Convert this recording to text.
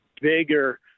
bigger